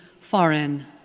foreign